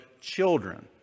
children